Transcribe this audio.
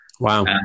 Wow